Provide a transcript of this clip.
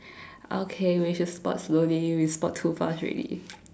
okay we should spot slowly we spot too fast already